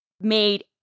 made